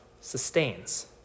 sustains